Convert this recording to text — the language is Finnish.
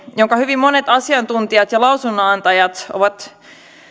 jonka hyvin monet asiantuntijat ja lausunnonantajat ovat